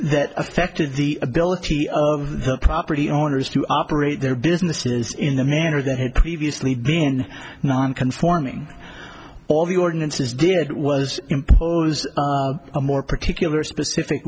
that affected the ability of the property owners to operate their businesses in a manner that had previously been non conforming all the ordinances did was impose a more particular specific